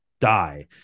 die